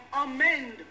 amend